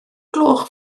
gloch